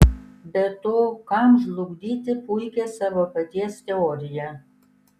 be to kam žlugdyti puikią savo paties teoriją